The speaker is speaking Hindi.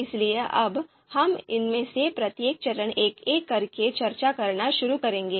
इसलिए अब हम इनमें से प्रत्येक चरण पर एक एक करके चर्चा करना शुरू करेंगे